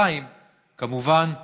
כמובן,